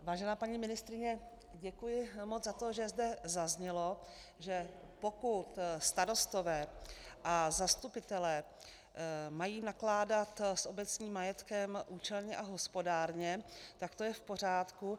Vážená paní ministryně, děkuji moc za to, že zde zaznělo, že pokud starostové a zastupitelé mají nakládat s obecním majetkem účelně a hospodárně, tak to je v pořádku.